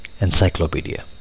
encyclopedia